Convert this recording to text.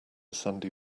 sandy